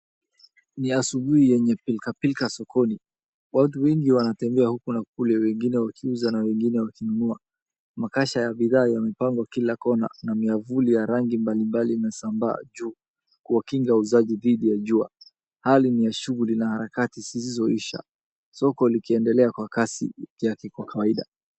Ni asubuhi yenye pilka pilka sokoni. Watu wengi wanatembea huku na kule wengine wakiuza na wengine wakinunua. Makasha ya bidhaa yamepangwa kwa kila kona na miavuli ya rangi mbalimbali inasambaa juu. Kuwakinga wauzaji dhidi ya jua. Hali ni ya shughuli na harakati zisizoisha. Soko likiendelea kwa kasi yake kwa kawaida.